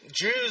Jews